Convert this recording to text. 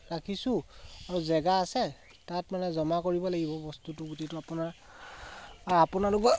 ৰাখিছোঁ আৰু জেগা আছে তাত মানে জমা কৰিব লাগিব বস্তুটো গোটেইটো আপোনাৰ আপোনালোকৰ